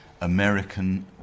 American